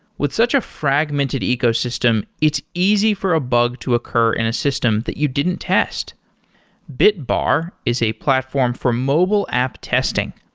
with such a fragmented ecosystem, it's easy for a bug to occur in a system that you didn't test bitbar is a platform for mobile app testing.